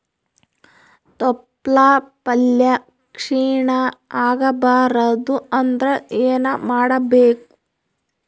ತೊಪ್ಲಪಲ್ಯ ಕ್ಷೀಣ ಆಗಬಾರದು ಅಂದ್ರ ಏನ ಮಾಡಬೇಕು?